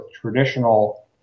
traditional